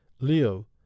Leo